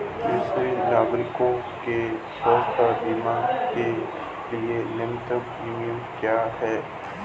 वरिष्ठ नागरिकों के स्वास्थ्य बीमा के लिए न्यूनतम प्रीमियम क्या है?